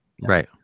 right